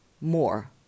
more